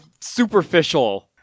superficial